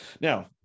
Now